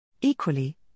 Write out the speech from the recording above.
Equally